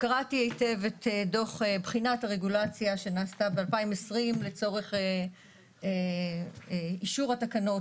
קראתי היטב את דוח בחינת הרגולציה שנעשתה ב-2020 לצורך אישור התקנות,